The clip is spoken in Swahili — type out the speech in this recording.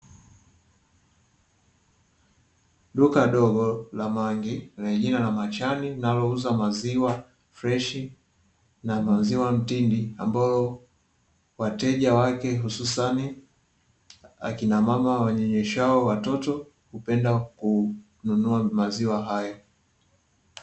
Duka dogo la Mangi lenye jina la "machani" linalouza maziwa freshi na maziwa mtindi, ambayo wateja wake hususani wakina mama wanyonyeshao watoto, hupenda kununua maziwa haya.